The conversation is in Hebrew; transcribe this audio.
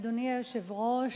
אדוני היושב-ראש,